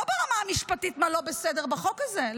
לא ברמה המשפטית מה לא בסדר בחוק הזה,